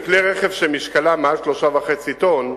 כי כלי רכב שמשקלם מעל 3.5 טונות,